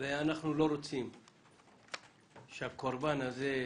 ואנחנו לא רוצים שהקורבן הזה,